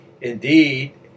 Indeed